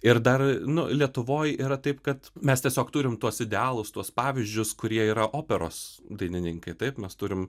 ir dar nu lietuvoj yra taip kad mes tiesiog turim tuos idealus tuos pavyzdžius kurie yra operos dainininkai taip mes turim